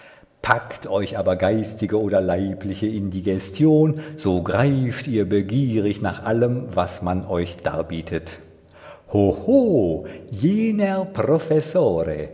packt euch aber geistige oder leibliche indigestion so greift ihr begierig nach allem was man euch darbietet hoho jener professore